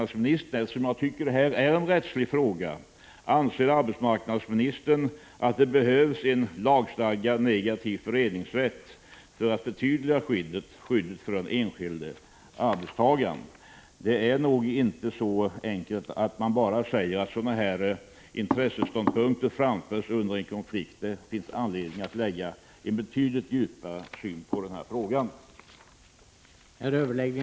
Det är nog inte så enkelt att man bara kan säga att sådana här intresseståndpunkter läggs fram under en konflikt. Det finns anledning att lägga betydligt djupare synpunkter på denna fråga.